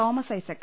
Thomas Isaac